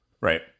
right